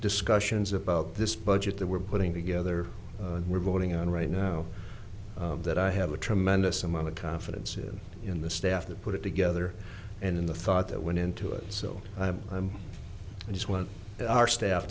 discussions about this budget that we're putting together and we're going on right now that i have a tremendous amount of confidence in the staff that put it together and in the thought that went into it so i'm just one of our staff